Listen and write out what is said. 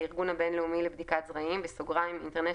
הארגון הבינלאומי לבדיקת זרעים ((International